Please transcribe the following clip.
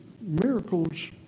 miracles